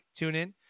TuneIn